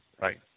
right